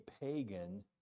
pagan